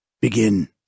begin